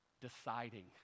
Deciding